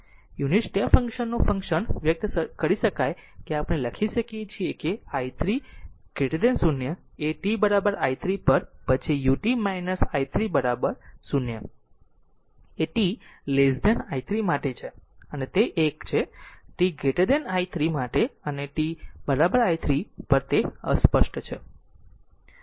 unit step function નું function વ્યક્ત કરી શકાય છે કે આપણે લખી શકીએ જો i 3 0એ t i 3 પર પછી u t i 3 0 એ t i 3 માટે અને તે 1 છે t i 3 માટે અને t i 3 પર તે અસ્પષ્ટ છે